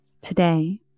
today